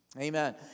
Amen